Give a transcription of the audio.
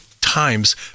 times